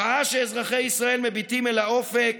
שעה שאזרחי ישראל מביטים אל האופק